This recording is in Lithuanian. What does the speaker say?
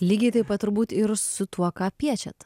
lygiai taip pat turbūt ir su tuo ką piešiat